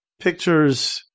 pictures